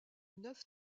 neuf